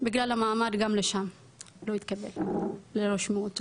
בגלל המעמד גם לשם לא התקבל, לא רשמו אותו